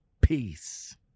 Peace